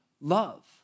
love